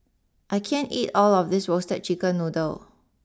I can't eat all of this Roasted Chicken Noodle